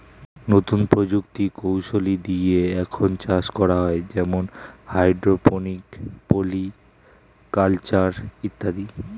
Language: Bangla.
নতুন প্রযুক্তি কৌশলী দিয়ে এখন চাষ করা হয় যেমন হাইড্রোপনিক, পলি কালচার ইত্যাদি